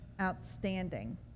outstanding